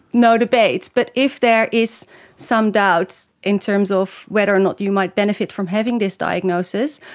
no debate. but if there is some doubts in terms of whether or not you might benefit from having this diagnosis,